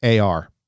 AR